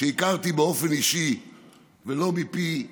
שהכרתי באופן אישי ולא מפי אחרים,